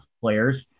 players